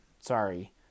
Sorry